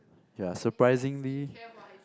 ya surprisingly